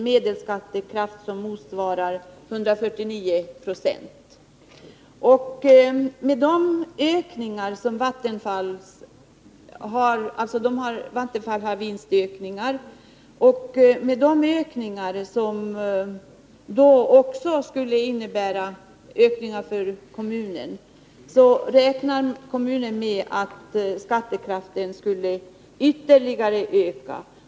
Medelskattekraften är nu 149 20. Med Vattenfalls vinstökningar, som i sin tur medför större skatteintäkter för kommunen, räknar kommunen med att skattekraften skall ytterligare öka.